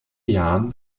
jahren